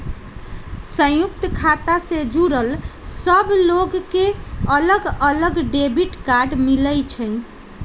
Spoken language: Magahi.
संयुक्त खाता से जुड़ल सब लोग के अलग अलग डेबिट कार्ड मिलई छई